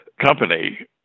company